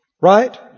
Right